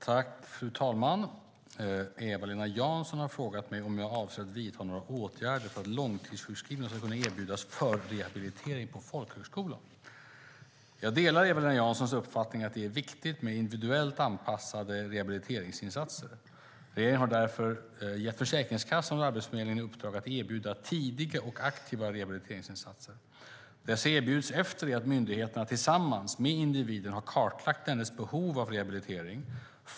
Fru talman! Eva-Lena Jansson har frågat mig om jag avser att vidta några åtgärder för att långtidssjukskrivna ska kunna erbjudas förrehabilitering på folkhögskola. Jag delar Eva-Lena Janssons uppfattning att det är viktigt med individuellt anpassade rehabiliteringsinsatser. Regeringen har därför gett Försäkringskassan och Arbetsförmedlingen i uppdrag att erbjuda tidiga och aktiva rehabiliteringsinsatser. Dessa erbjuds efter det att myndigheterna tillsammans med individen kartlagt dennes behov av rehabilitering.